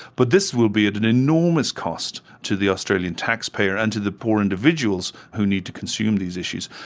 but this will be at an enormous cost to the australian taxpayer and to the poor individuals who need to consume these issues.